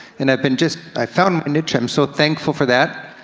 and i've been just, i found my niche, i'm so thankful for that.